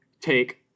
take